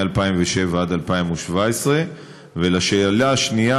מ-2007 עד 2017. לשאלה השנייה,